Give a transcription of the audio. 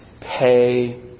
pay